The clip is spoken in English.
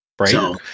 right